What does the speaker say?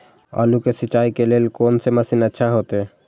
आलू के सिंचाई के लेल कोन से मशीन अच्छा होते?